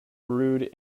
brewed